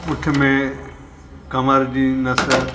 पुठ में कमरि जी नसु